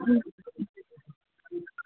ह्म्म